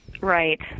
Right